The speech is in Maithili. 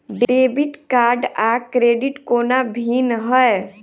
डेबिट कार्ड आ क्रेडिट कोना भिन्न है?